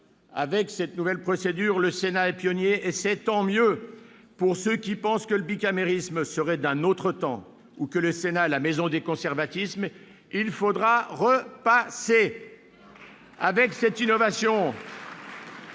Avec cette nouvelle procédure, le Sénat est pionnier, et c'est tant mieux : pour ceux qui pensent que le bicamérisme serait d'un autre temps ou que le Sénat est la maison des conservatismes, il faudra repasser ! Très bien